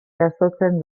jasotzen